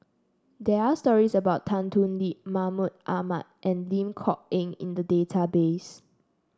there are stories about Tan Thoon Lip Mahmud Ahmad and Lim Kok Ann in the database